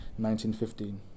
1915